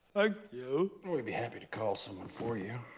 you. we'd be happy to call someone for you.